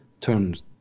turns